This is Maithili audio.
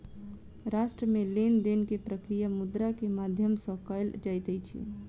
राष्ट्र मे लेन देन के प्रक्रिया मुद्रा के माध्यम सॅ कयल जाइत अछि